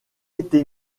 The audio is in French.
été